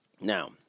Now